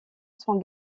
sans